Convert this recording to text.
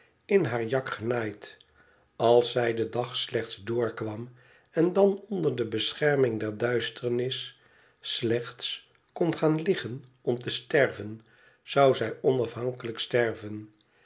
in haar jak genaaid als zij den dag slechts doorkwam en dan onder de beschermmg der dubtemis slechts kon gaan liggen om te sterven zou zij onafhankelijk sterven